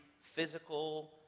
physical